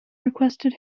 requested